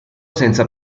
senza